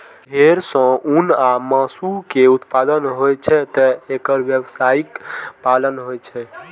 भेड़ सं ऊन आ मासु के उत्पादन होइ छैं, तें एकर व्यावसायिक पालन होइ छै